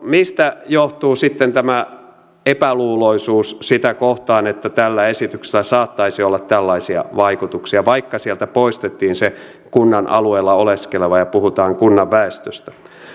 mistä johtuu sitten tämä epäluuloisuus sitä kohtaan että tällä esityksellä saattaisi olla tällaisia vaikutuksia vaikka sieltä poistettiin se kunnan alueella oleskeleva ja puhutaan kunnan väestöstä